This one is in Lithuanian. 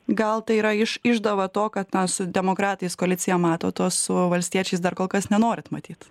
gal tai yra iš išdava to kad na su demokratais koaliciją matot o su valstiečiais dar kol kas nenorit matyt